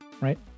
right